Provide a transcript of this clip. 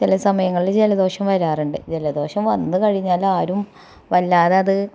ചില സമയങ്ങളിൽ ജലദോഷം വരാറുണ്ട് ജലദോഷം വന്ന്കഴിഞ്ഞാലാരും വല്ലാതെ അത്